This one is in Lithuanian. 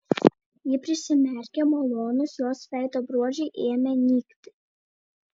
ji prisimerkė malonūs jos veido bruožai ėmė nykti